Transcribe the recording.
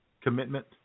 commitment